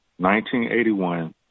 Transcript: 1981